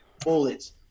bullets